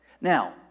Now